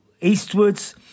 eastwards